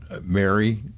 Mary